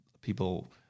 people